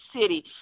City